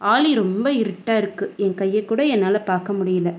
ஆலி ரொம்ப இருட்டாக இருக்குது என் கையை கூட என்னால் பார்க்க முடியலை